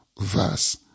verse